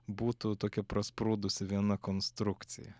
būtų tokia prasprūdusi viena konstrukcija